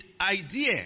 idea